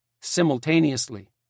simultaneously